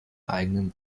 eigenen